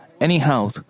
anyhow